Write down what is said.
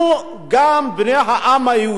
בני העם היהודי,